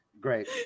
Great